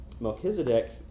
Melchizedek